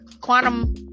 Quantum